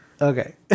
Okay